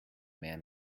man